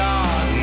God